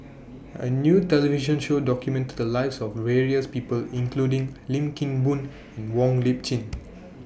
A New television Show documented The Lives of various People including Lim Kim Boon and Wong Lip Chin